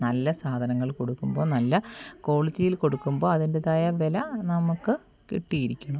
നല്ല സാധനങ്ങൾ കൊടുക്കുമ്പോൾ നല്ല ക്വാളിറ്റിയിൽ കൊടുക്കുമ്പോൾ അതിൻ്റെതായ വില നമുക്ക് കിട്ടിയിരിക്കണം